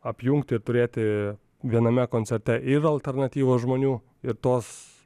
apjungti ir turėti viename koncerte ir alternatyvos žmonių ir tos